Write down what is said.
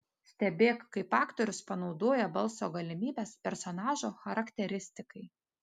stebėk kaip aktorius panaudoja balso galimybes personažo charakteristikai